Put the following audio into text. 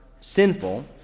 sinful